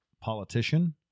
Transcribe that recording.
politician